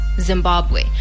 Zimbabwe